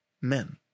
men